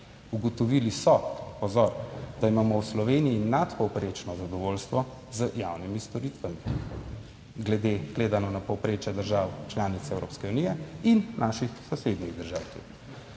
Ugotovili so, pozor, da imamo v Sloveniji nadpovprečno zadovoljstvo z javnimi storitvami glede gledano na povprečje držav članic Evropske unije in naših sosednjih držav.